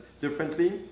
differently